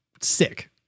sick